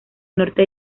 norte